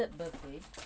belated birthday